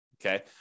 okay